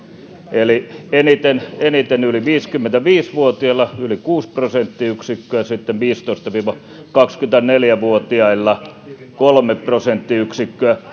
eniten eniten yli viisikymmentäviisi vuotiailla yli kuusi prosenttiyksikköä sitten viisitoista viiva kaksikymmentäneljä vuotiailla kolme prosenttiyksikköä